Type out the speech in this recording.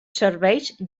serveis